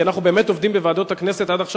כי אנחנו באמת עובדים בוועדות הכנסת עד עכשיו